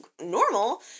normal